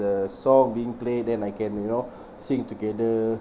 the song being play then I can you know sing together